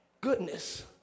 goodness